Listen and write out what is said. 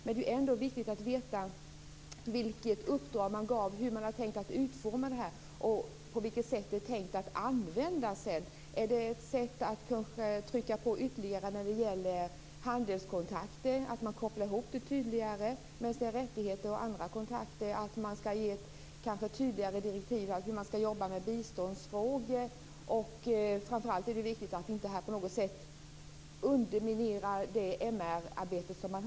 Men det är ändå viktigt att veta vilket uppdrag man gav, hur man har tänkt att utforma detta och på vilket sätt det är tänkt att användas sedan. Är det kanske ett sätt att trycka på ytterligare när det gäller handelskontakter? Man kan kanske koppla ihop mänskliga rättigheter och andra kontakter tydligare och ge tydligare direktiv för hur man skall jobba med biståndsfrågor. Framför allt är det viktigt att detta inte på något sätt underminerar det MR-arbete som finns.